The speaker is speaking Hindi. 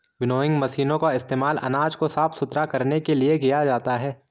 विनोइंग मशीनों का इस्तेमाल अनाज को साफ सुथरा करने के लिए किया जाता है